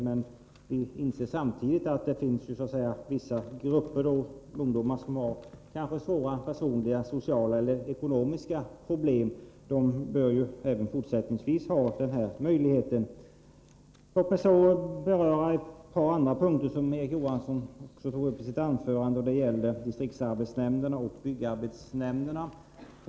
Men vi inser samtidigt att det finns vissa ungdomsgrupper som har svåra personliga, sociala eller ekonomiska problem. De bör även fortsättningsvis ha den här möjligheten. Låt mig så beröra ett par andra punkter som Erik Johansson tog upp i sitt anförande. Det gäller distriktsarbetsnämnderna och byggarbetsnämnderna.